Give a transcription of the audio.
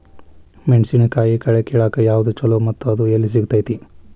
ಮೆಣಸಿನಕಾಯಿ ಕಳೆ ಕಿಳಾಕ್ ಯಾವ್ದು ಛಲೋ ಮತ್ತು ಅದು ಎಲ್ಲಿ ಸಿಗತೇತಿ?